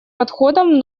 подходам